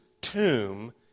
tomb